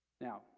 Now